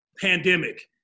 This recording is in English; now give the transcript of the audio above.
pandemic